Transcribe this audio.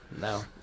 no